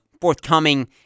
forthcoming